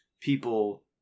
people